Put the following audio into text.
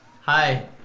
hi